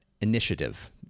initiative